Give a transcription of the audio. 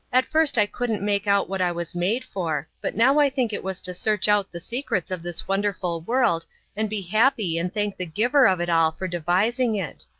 at first i couldn't make out what i was made for, but now i think it was to search out the secrets of this wonderful world and be happy and thank the giver of it all for devising it.